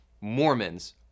Mormons